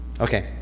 okay